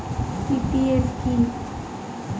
PPF কি?